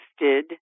listed